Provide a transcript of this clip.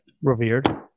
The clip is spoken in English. Revered